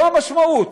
זו המשמעות.